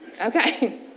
Okay